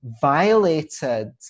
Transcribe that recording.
violated